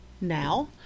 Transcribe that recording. now